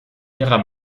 ihrer